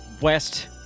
west